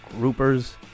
groupers